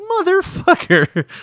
motherfucker